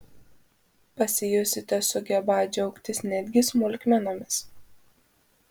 pasijusite sugebą džiaugtis netgi smulkmenomis